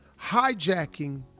hijacking